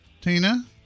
Tina